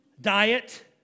Diet